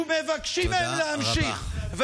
ומבקשים מהם להמשיך.